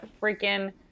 freaking